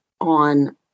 on